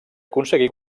aconseguí